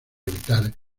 evitar